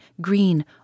green